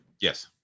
Yes